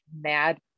mad